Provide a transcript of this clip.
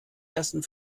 ersten